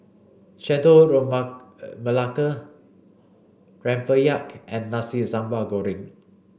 Chendol Remabelaka Rempeyek and Nasi Sambal Goreng